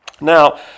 Now